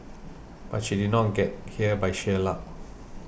but she did not get here by sheer luck